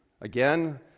Again